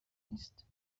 نیست